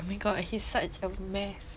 oh my god he's such a mess